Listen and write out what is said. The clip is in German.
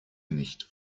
nicht